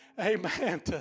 Amen